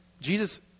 Jesus